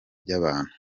by’abantu